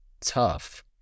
tough